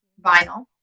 vinyl